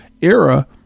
era